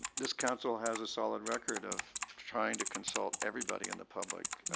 this council has a solid record of trying to consult everybody in the public